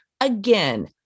again